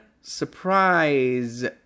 surprise